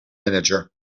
manager